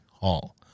Hall